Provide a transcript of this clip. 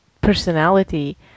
personality